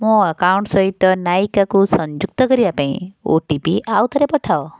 ମୋ ଆକାଉଣ୍ଟ ସହିତ ନାଇକାକୁ ସଂଯୁକ୍ତ କରିବା ପାଇଁ ଓ ଟି ପି ଆଉଥରେ ପଠାଅ